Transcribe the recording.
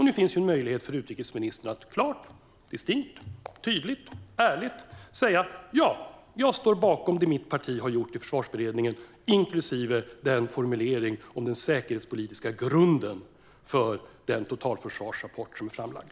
Nu finns en möjlighet för utrikesministern att klart, distinkt, tydligt och ärligt säga: Ja, jag står bakom det som mitt parti har gjort i Försvarsberedningen, inklusive formuleringen om den säkerhetspolitiska grunden för den totalförsvarsrapport som är framlagd.